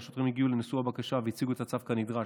והשוטרים הגיעו לנשוא הבקשה והציגו את הצו כנדרש.